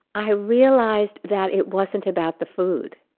i realized that it wasn't about the food,